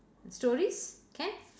stories can